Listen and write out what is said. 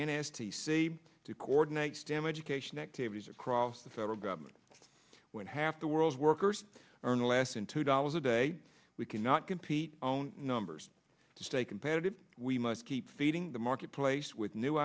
n s t c to coordinate stem education activities across the federal government when half the world's workers earn less than two dollars a day we cannot compete own numbers to stay competitive we must keep feeding the marketplace with new